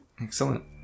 Excellent